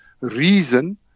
reason